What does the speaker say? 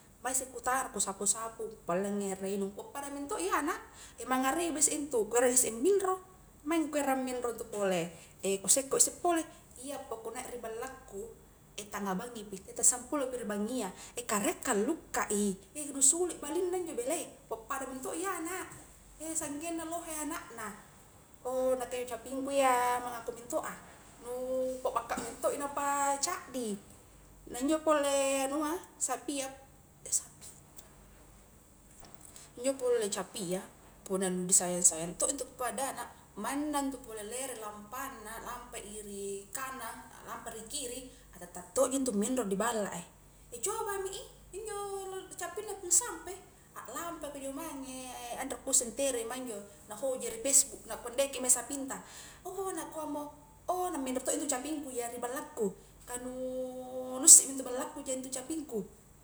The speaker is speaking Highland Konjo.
Mae isse ku tangara ku spau-sapu. ku pagalleangi ere inung ku pappada mento i ana mangngaribi isse intu ku erang isse minro maingi ku erang minro intu pole ku sekko isse pole iyapa ku naik ri balla ku tangnga bangngi pi tette samplo pi ri bangngia karie ka lukka i eh nu sulu ballinna injo belei pappada mentoi anak sanggenna lohe anak na ouh nakke injo capngku iya mengaku mento'a ku pakbakka mentoi nampa caddi na injo pole anua sapia sapia injo pole capia punna nu di sayang sayang to intu pada anak manna itu pole lere lampanna lampa ji ri kanang alampa ri kiri, atatta tokji intu minro ri balla coba mi i injo capinna pung sampe aklampa i kunjo mange anre kusse ntere mae injo na hoja i ri pesbuk nakua ndeke mae sapinta ouh nakua mo ouh na minro to intu caping ku ja ri ballaku ka nu nu isse mi intu ballaku ja intu capingku